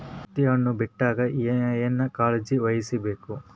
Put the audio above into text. ಹತ್ತಿ ಹಣ್ಣು ಬಿಟ್ಟಾಗ ಏನ ಕಾಳಜಿ ವಹಿಸ ಬೇಕು?